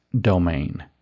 domain